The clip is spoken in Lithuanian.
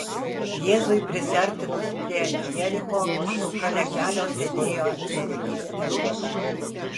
jėzui prisiartinus prie jericho šalia kelio sėdėjo neregys elgeta